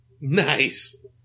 Nice